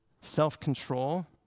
self-control